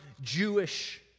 Jewish